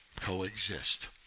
coexist